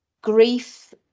grief